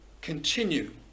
continue